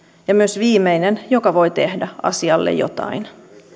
ja myös viimeinen joka voi tehdä asialle jotain